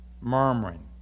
murmuring